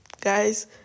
guys